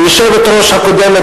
והיושבת-ראש הקודמת,